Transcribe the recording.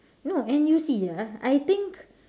no and you see ah I think